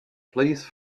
please